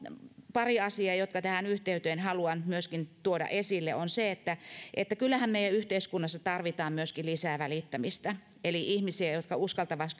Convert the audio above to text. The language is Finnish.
pari asiaa jotka tähän yhteyteen haluan myöskin tuoda esille kyllähän meidän yhteiskunnassamme tarvitaan myöskin lisää välittämistä eli ihmisiä jotka uskaltavat